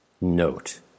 Note